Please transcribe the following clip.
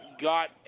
got